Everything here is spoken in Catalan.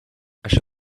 això